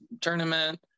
tournament